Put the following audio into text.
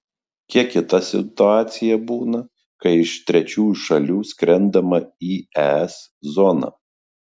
kiek kita situacija būna kai iš trečiųjų šalių skrendama į es zoną